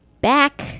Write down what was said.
Back